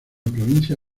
provincia